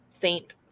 faint